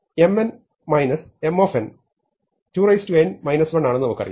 M n M 2n 1 ആണെന്ന് നമുക്കറിയാം